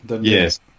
yes